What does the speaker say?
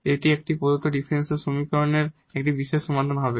এটি এখানে প্রদত্ত ডিফারেনশিয়াল সমীকরণের একটি পার্টিকুলার সমাধান হবে